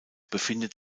befindet